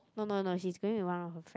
no no no she is going with one of her friend